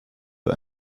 für